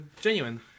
genuine